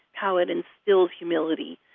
how it instills humility,